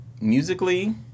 Musically